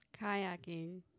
Kayaking